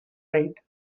raid